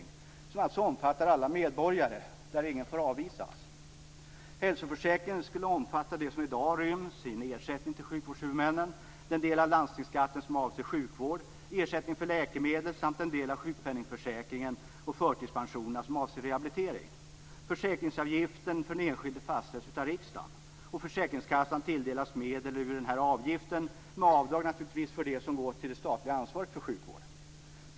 Hälsoförsäkringen skulle omfatta det som i dag ryms i ersättningen till sjukvårdshuvudmännen, den del av landstingsskatten som avser sjukvård, ersättningen för läkemedel samt en del av sjukpenningförsäkringen och förtidspensioner som avser rehabilitering. Försäkringsavgiften för den enskilde fastställs av riksdagen. Försäkringskassan tilldelas medel ur den här avgiften, naturligtvis med avdrag för det som går till det statliga ansvaret för sjukvården.